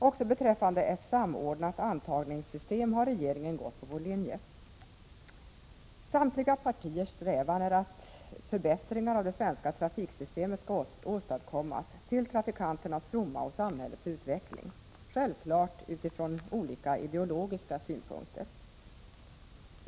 Även beträffande ett samordnat antagningssystem har regeringen gått på vår linje. Samtliga partiers strävan är att förbättringar av det svenska trafiksystemet skall åstadkommas — till trafikanternas fromma och samhällets utveckling; självfallet utifrån olika ideologiska synpunkter.